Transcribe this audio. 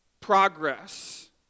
progress